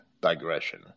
digression